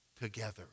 Together